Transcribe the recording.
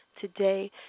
Today